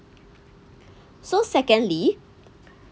so secondly